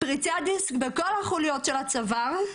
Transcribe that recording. פריצת דיסק בכל החוליות של הצוואר,